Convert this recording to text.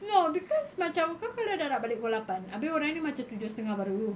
no because macam kau kalau dah nak balik pukul lapan abeh orang ni macam tujuh setengah baru